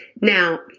Now